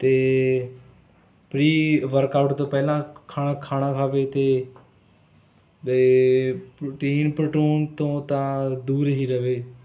ਅਤੇ pre workout ਤੋਂ ਪਹਿਲਾਂ ਖਾਣਾ ਖਾਣਾ ਖਾਵੇ ਅਤੇ ਪ੍ਰੋਟੀਨ ਪਰੋਟੂਨ ਤੋਂ ਤਾਂ ਦੂਰ ਹੀ ਰਹੇ